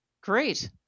Great